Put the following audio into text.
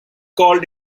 called